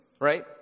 Right